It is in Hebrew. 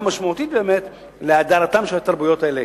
משמעותית להאדרתן של התרבויות האלה.